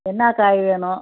என்ன காய் வேணும்